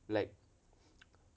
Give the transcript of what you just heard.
like